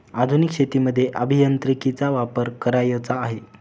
आधुनिक शेतीमध्ये अभियांत्रिकीचा वापर करायचा आहे